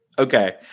Okay